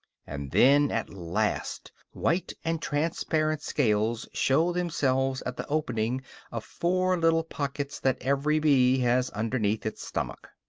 and then at last white and transparent scales show themselves at the opening of four little pockets that every bee has underneath its stomach.